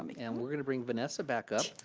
um and we're gonna bring vanessa back up.